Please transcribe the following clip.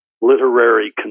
literary